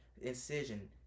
incision